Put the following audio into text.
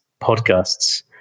podcasts